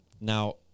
Now